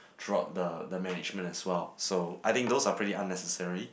throughout the the management as well so I think those are pretty unnecessary